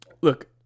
Look